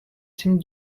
seem